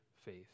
faith